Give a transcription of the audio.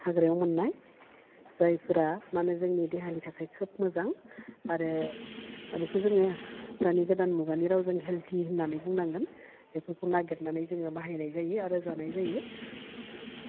हाग्रायाव मोननाय जायफोरा माने जोंनि देहानि थाखाय खोब मोजां आरो दा बेखौ जोङो दानि गोदान मुगानि रावजों हेलडि होननानै बुंनांगोन बेफोरखौ नागिरनानै जोङो बाहायनाय जायो आरो जानाय जायो